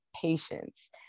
patience